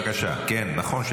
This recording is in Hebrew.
שאלתי שאלה.